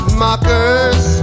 mockers